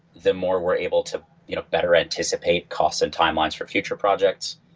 the more we're able to you know better anticipate cost and timelines for future projects.